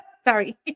sorry